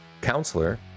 counselor